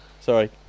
Sorry